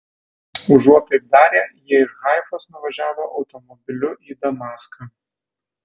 užuot taip darę jie iš haifos nuvažiavo automobiliu į damaską